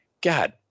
god